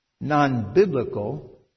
non-biblical